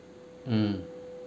mm